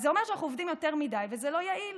אז זה אומר שאנחנו עובדים יותר מדי וזה לא יעיל.